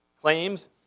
claims